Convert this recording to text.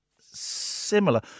similar